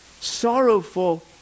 sorrowful